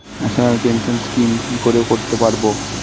National pension scheme কি করে করতে পারব?